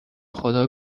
خدا